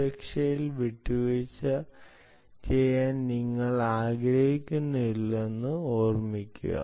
സുരക്ഷയിൽ വിട്ടുവീഴ്ച ചെയ്യാൻ നിങ്ങൾ ആഗ്രഹിക്കുന്നില്ലെന്ന് ഓർമ്മിക്കുക